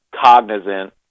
cognizant